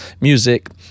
music